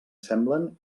semblen